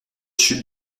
chute